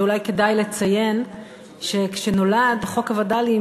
אולי כדאי לציין שכשנולד חוק הווד"לים,